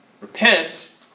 Repent